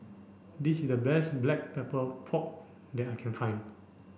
this is the best black pepper pork that I can find